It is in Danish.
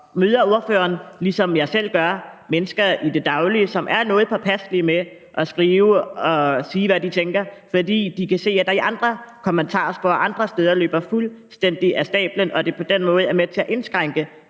Møder ordføreren, ligesom jeg selv gør, mennesker i det daglige, som er noget påpasselige med at skrive og sige, hvad de tænker, fordi de kan se, at den forhånende og nedværdigende tale, der indimellem foregår i andre kommentarer, andre steder, løber fuldstændig af stablen, og at det på den måde er med til at indskrænke